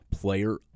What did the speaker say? player